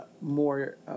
more